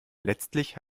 letztlich